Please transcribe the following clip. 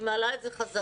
אני מעלה את זה חזרה.